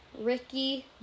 Ricky